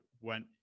went